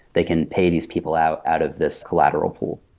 they can pay these people out out of this collateral pool.